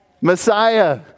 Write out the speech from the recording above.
Messiah